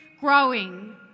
growing